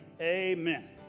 amen